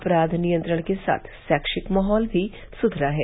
अपराय नियंत्रण के साथ रौक्षिक माहौल भी सुधरा है